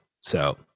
So-